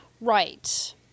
Right